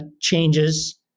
changes